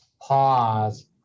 pause